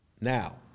Now